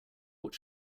what